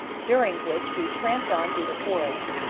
during which we tramped on through the forest,